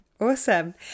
Awesome